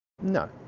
no